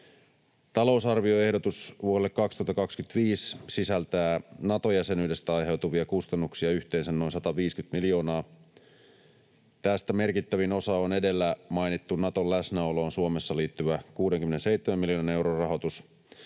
Talousarvioehdotus vuodelle 2025 sisältää Nato-jäsenyydestä aiheutuvia kustannuksia yhteensä noin 150 miljoonaa. Tästä merkittävin osa on edellä mainittu Naton läsnäoloon Suomessa liittyvä 67 miljoonan euron rahoitus.